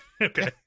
Okay